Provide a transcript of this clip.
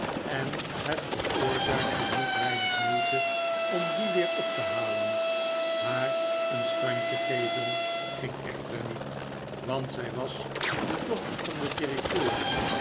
en het veroorzaakte niet weinig moeite om die weer op te halen haar een standje geven ging echter niet want zij was de dochter van den directeur